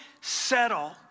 settle